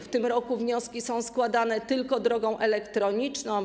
W tym roku wnioski składane są tylko drogą elektroniczną.